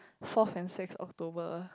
fourth and sixth October